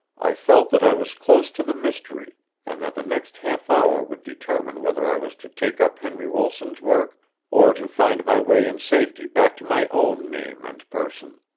i felt that i was close to the mystery and that the next half-hour would determine whether i was to take up henry wilton's work or to find my way in safety back to my own name and person.